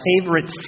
favorite